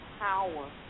power